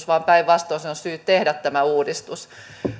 vaan päinvastoin se on syy tehdä tämä uudistus